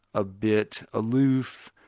a bit aloof,